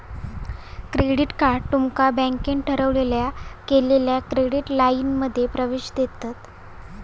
credit card तुमका बँकेन ठरवलेल्या केलेल्या क्रेडिट लाइनमध्ये प्रवेश देतत